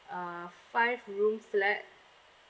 uh five room flat